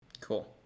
Cool